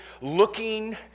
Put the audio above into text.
looking